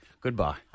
Goodbye